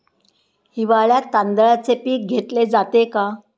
हिवाळ्यात तांदळाचे पीक घेतले जाते का?